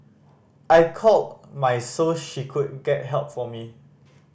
I called my so she could get help for me